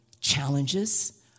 challenges